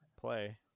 play